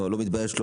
אז מה שאני מבקשת